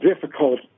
difficult